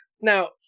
Now